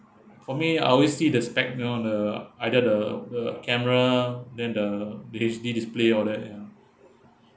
for me I always see the spec you know the either the the camera than the the H_D display all that you know